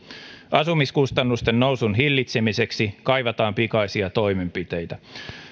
asumiskustannusten nousun hillitsemiseksi kaivataan pikaisia toimenpiteitä